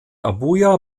abuja